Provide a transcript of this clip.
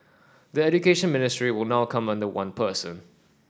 the Education Ministry would now come under one person